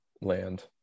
land